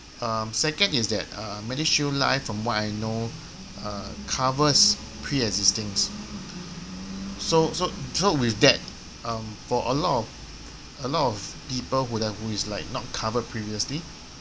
uh second is that uh medishield life from what I know uh covers pre existings so so so with that um for a lot of a lot of people who who is not covered previously